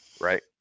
Right